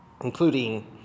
including